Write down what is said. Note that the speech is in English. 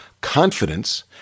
confidence